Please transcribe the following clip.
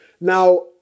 Now